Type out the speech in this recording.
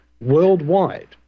worldwide